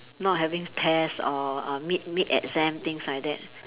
not having tests or or mid mid exam things like that